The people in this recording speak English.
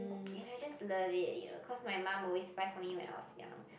and I just love it you know cause my mum always buy for me when I was young